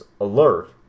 alert